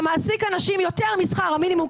אתה מעסיק אנשים יותר משכר המינימום,